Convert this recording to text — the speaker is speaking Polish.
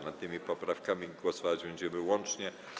Nad tymi poprawkami głosować będziemy łącznie.